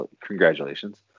Congratulations